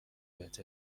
بهت